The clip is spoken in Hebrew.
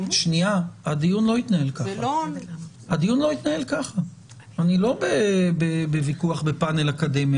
הדיון לא יתנהל ככה אני לא בוויכוח בפאנל אקדמי,